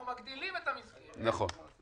אנחנו מגדילים את המסגרת -- נכון.